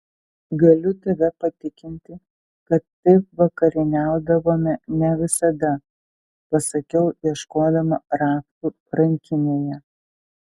galiu tave patikinti kad taip vakarieniaudavome ne visada pasakiau ieškodama raktų rankinėje